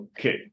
Okay